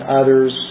others